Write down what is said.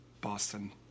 Boston